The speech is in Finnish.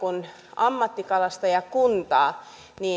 ammattikalastajakuntaa